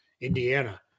Indiana